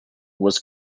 was